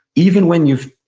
even when you've,